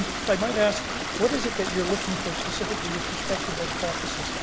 if i might ask what is it that you're looking for specifically with respect to best practices?